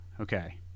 Okay